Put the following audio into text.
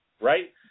right